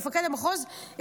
מפקד המחוז,